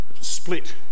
split